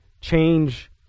change